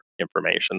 information